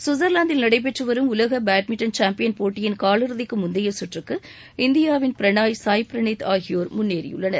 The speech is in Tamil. சுவிட்ச்வாந்தில் நடைபெற்றுவரும் உலக பேட்மிண்ட்டன் சாம்பியன் போட்டியின் காலிறுதிக்கு முந்தைய சுற்றுக்கு இந்தியாவின் பிரணாய் சாய்பிரணீத் ஆகியோர் முன்னேறியுள்ளனர்